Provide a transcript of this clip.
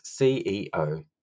CEO